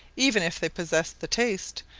even if they possessed the taste,